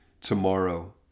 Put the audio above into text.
tomorrow